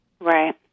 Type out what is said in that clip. Right